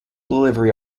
delivery